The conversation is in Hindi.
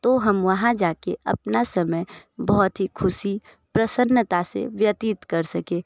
तो हम वहाँ जाके अपना समय बहुत ही खुशी प्रसन्नता से व्यतीत कर सकें